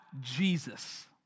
Jesus